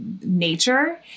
nature